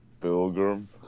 Pilgrim